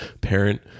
parent